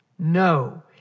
No